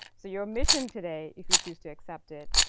so your mission today, if you choose to accept it,